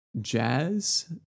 jazz